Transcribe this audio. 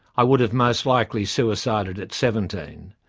i would have most likely suicided at seventeen.